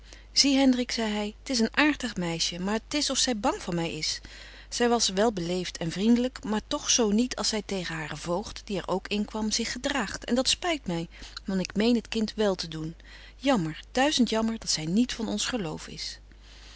hendrik zei hy t is een aartig meisje maar t is of zy bang van my is zy was wel bebetje wolff en aagje deken historie van mejuffrouw sara burgerhart leeft en vriendlyk maar toch zo niet als zy tegen haren voogd die er ook inkwam zich gedraagt en dat spyt my want ik meen het kind wel te doen jammer duizend jammer dat zy niet van ons geloof is